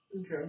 Okay